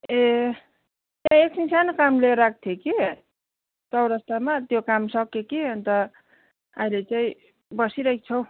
ए त्यही एकछिन सानो काम लिएर आएको थिएँ कि चौरस्तामा त्यो काम सकेँ कि अनि त अहिले चाहिँ बसिरहेको छु हौ